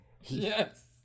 Yes